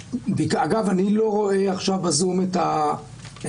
אגב, אני לא רואה עכשיו בזום את הוועדה.